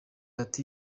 ati